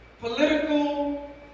political